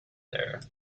there